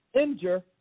injure